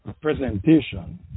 presentation